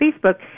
Facebook